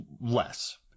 less